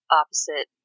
opposite